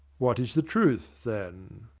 what is the truth, then?